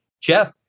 jeff